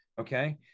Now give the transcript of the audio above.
okay